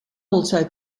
also